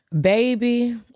Baby